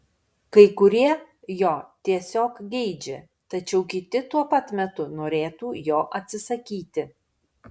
kai kurie jo tiesiog geidžia tačiau kiti tuo pat metu norėtų jo atsisakyti